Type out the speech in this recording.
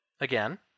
again